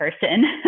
person